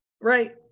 Right